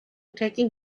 taking